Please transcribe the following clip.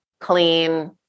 clean